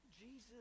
Jesus